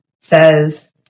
says